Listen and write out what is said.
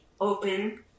open